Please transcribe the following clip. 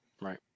right